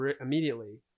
immediately